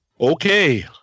Okay